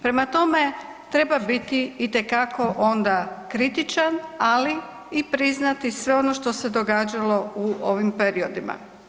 Prema tome, treba biti itekako onda kritičan, ali i priznati sve ono što se događalo u ovim periodima.